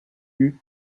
eut